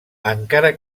encara